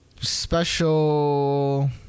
special